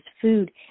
food